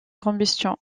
combustion